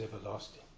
everlasting